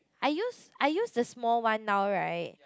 I use I use the small one now right